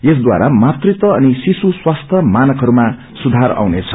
यसद्वारा मातृतस अनि श्रिश्रु स्वास्थ्य मानकहरूमा सुधार आउनेछ